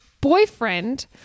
boyfriend